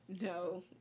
No